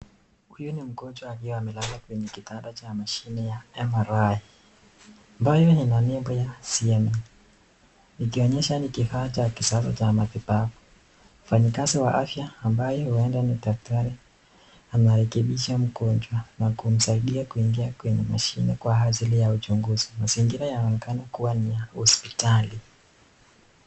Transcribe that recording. Huyu ni mgonjwa akiwa amelala katika kitanda cha mashine ya MRI ambayi ina nembo ya SIEMENS, ikionyesha ni kifaa cha kisasa cha matibabu. Mfanyikazi wa afya ambaye huenda ni dakatari anarekebisha mgonjwa na kumsaidia kuingia kwenye mashine kwa ajili ya uchunguzi. Mazingira yanaonekana kuwa ni ya hospitali.